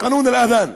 קאנון אל-אד'אן,